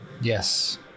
yes